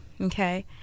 okay